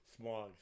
smog